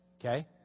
Okay